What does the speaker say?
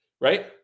right